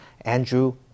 Andrew